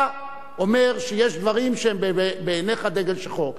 אתה אומר שיש דברים שהם בעיניך דגל שחור,